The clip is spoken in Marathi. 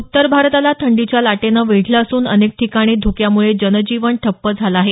उत्तर भारताला थंडीच्या लाटेनं वेढलं असून अनेक ठिकाणी धुक्यामुळे जनजीवन ठप्प झालं आहे